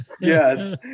Yes